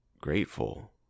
grateful